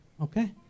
Okay